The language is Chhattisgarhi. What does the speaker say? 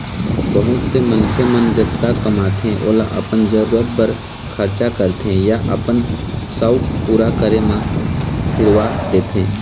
बहुत से मनखे मन जतका कमाथे ओला अपन जरूरत बर खरचा करथे या अपन सउख पूरा करे म सिरवा देथे